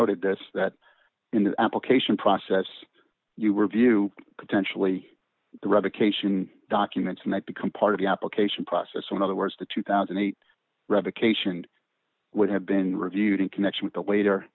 noted that in the application process you were view potentially the revocation documents and that become part of the application process so in other words the two thousand and eight revocation would have been reviewed in connection with the later